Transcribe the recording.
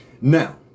Now